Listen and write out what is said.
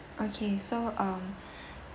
okay so um